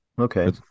Okay